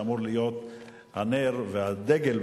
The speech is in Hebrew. שאמור להיות הנר והדגל,